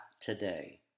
today